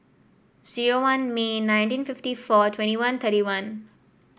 zero one May nineteen fifty four twenty one thirty one